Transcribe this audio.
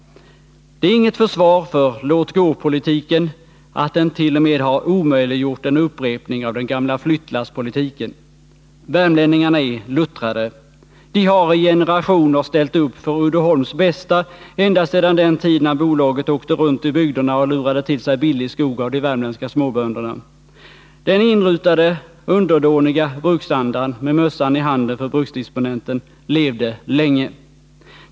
Det är inget försvar för låt-gå-politiken att den t.o.m. har omöjliggjort en upprepning av den gamla flyttlasspolitiken. Värmlänningarna är luttrade. De har i generationer ställt upp för Uddeholms bästa ända sedan den tid när bolagets representanter åkte runt i bygderna och lurade till sig billig skog av de värmländska småbönderna. Den inrutade underdåniga bruksandan med mössan i handen för bruksdisponenten levde länge.